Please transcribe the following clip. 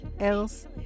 else